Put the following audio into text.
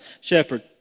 shepherd